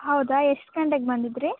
ಹೌದಾ ಎಷ್ಟು ಗಂಟೆಗೆ ಬಂದಿದ್ದಿರಿ